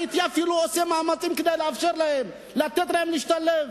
הייתי אפילו עושה מאמצים כדי לאפשר להם ולתת להם להשתלב,